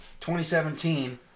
2017